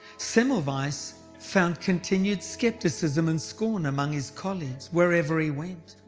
semmelweis so found continued scepticism and scorn among his colleagues wherever he went.